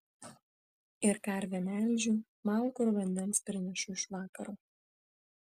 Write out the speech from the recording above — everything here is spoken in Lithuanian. ir karvę melžiu malkų ir vandens prinešu iš vakaro